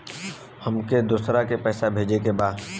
हमके दोसरा के पैसा भेजे के बा?